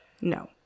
No